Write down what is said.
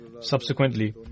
Subsequently